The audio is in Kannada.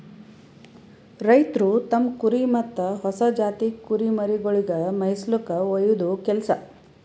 ರೈತ್ರು ತಮ್ಮ್ ಕುರಿ ಮತ್ತ್ ಹೊಸ ಜಾತಿ ಕುರಿಮರಿಗೊಳಿಗ್ ಮೇಯಿಸುಲ್ಕ ಒಯ್ಯದು ಕೆಲಸ